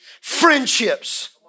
friendships